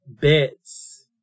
bits